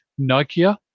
Nokia